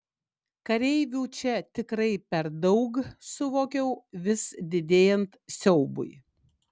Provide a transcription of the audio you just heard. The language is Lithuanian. kareivių čia tikrai per daug suvokiau vis didėjant siaubui